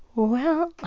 well.